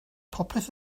popeth